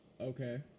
Okay